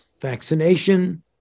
Vaccination